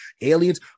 aliens